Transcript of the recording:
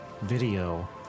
video